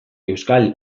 euskal